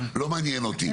לא מעניין אותי,